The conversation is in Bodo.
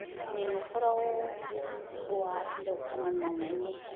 जोंनि न'खराव हौवा आरो हिनजाव खामानि मावनायनि